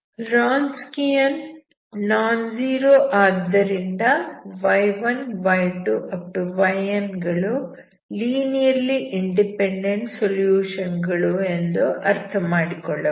Wronskian non zero ಆದ್ದರಿಂದ y1 y2 yn ಗಳು linearly independent solution ಗಳು ಎಂದು ಅರ್ಥಮಾಡಿಕೊಳ್ಳಬಹುದು